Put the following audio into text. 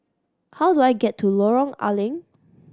how do I get to Lorong Ah Leng